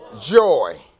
joy